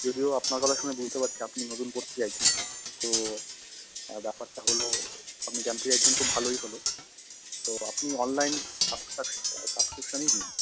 যদিও আপনার গলা শুনে বুঝতে পারছি আপনি নতুন পড়তে চাইছেন তো ব্যাপারটা হলো আপনি জানতে চাইছেন খুব ভালোই হলো তো আপনি অনলাইন সাবস্ক্রিপশনই নিন